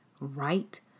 right